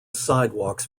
sidewalks